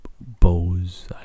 Bose